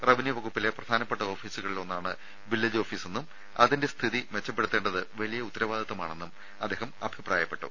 revenue വകുപ്പിലെ പ്രധാനപ്പെട്ട ഓഫീസുകളിൽ ഒന്നാണ് വില്ലേജ് ഓഫീസെന്നും അതിന്റെ സ്ഥിതി മെച്ചപ്പെടുത്തേണ്ടത് വലിയ ഉത്തരവാദിത്വമാണെന്നും അദ്ദേഹം അഭിപ്രായപ്പെട്ടു